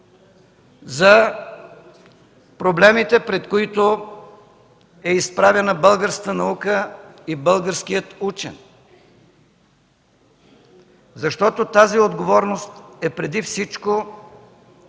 за проблемите, пред които са изправени българската наука и българският учен. Тази отговорност е преди всичко